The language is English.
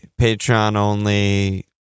Patreon-only